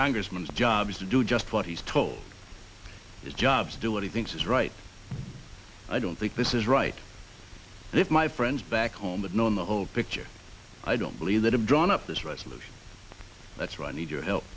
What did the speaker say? congressman's job is to do just what he's told his job to do what he thinks is right i don't think this is right and if my friends back home had known the whole picture i don't believe that have drawn up this resolution that's right need your help